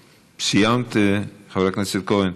סיימת, חברת הכנסת כהן?